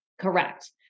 Correct